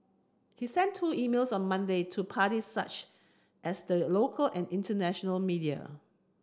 he sent two emails on Monday to parties such as the local and international media